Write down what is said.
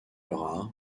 rares